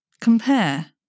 compare